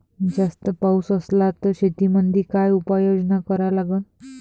जास्त पाऊस असला त शेतीमंदी काय उपाययोजना करा लागन?